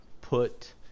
put